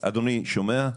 אדוני היו"ר שומע?